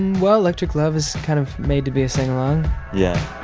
well, electric love is kind of made to be a sing-along yeah